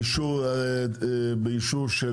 באישור של